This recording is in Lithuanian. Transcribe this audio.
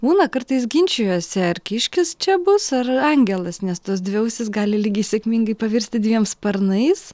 būna kartais ginčijuosi ar kiškis čia bus ar angelas nes tos dvi ausys gali lygiai sėkmingai pavirsti dviem sparnais